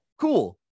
cool